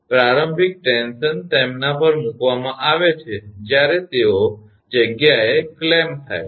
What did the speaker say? પ્રારંભિક ટેન્શન તેમના પર મૂકવામાં આવે છે જ્યારે તેઓ જગ્યાએ ક્લેમ્પ્ડ થાય છે